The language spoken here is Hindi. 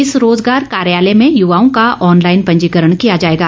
इस रोजगार कार्यालय में युवाओ का ऑनलाईन पंजीकरण किया जाएगा